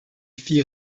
fit